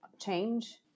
change